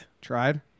Tried